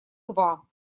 два